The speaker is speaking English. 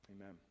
Amen